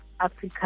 Africa